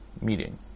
meeting